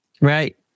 Right